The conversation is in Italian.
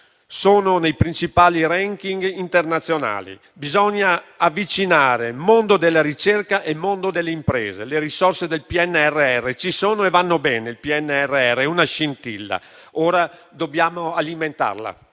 sono nei principali *ranking* internazionali. Bisogna avvicinare il mondo della ricerca e il mondo delle imprese. Le risorse del PNRR ci sono e vanno bene. Il PNRR è una scintilla, ora dobbiamo alimentarla.